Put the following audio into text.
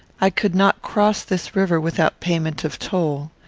i could not cross this river without payment of toll.